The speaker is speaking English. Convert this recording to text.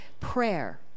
prayer